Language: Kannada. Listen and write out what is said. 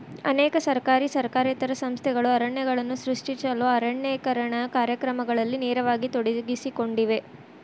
ಅನೇಕ ಸರ್ಕಾರಿ ಸರ್ಕಾರೇತರ ಸಂಸ್ಥೆಗಳು ಅರಣ್ಯಗಳನ್ನು ಸೃಷ್ಟಿಸಲು ಅರಣ್ಯೇಕರಣ ಕಾರ್ಯಕ್ರಮಗಳಲ್ಲಿ ನೇರವಾಗಿ ತೊಡಗಿಸಿಕೊಂಡಿವೆ